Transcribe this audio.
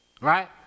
Right